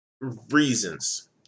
reasons